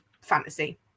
fantasy